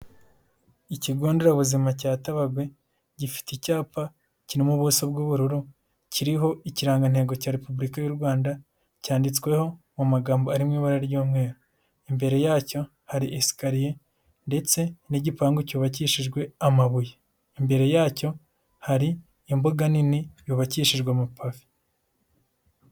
Ikigo nderabuzima cya Tabagwe, gifite icyapa kiri mu ubuso bw'ubururu, kiriho ikirangantego cya repubulika y'u Rwanda, cyanditsweho mu magambo ari mu ibara ry'umweru, imbere yacyo hari esikariye ndetse n'igipangu cyubakishijwe amabuye, imbere yacyo hari imbuga nini yubakishijwe amapave.